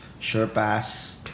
Surepass